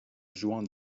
jouant